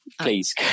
Please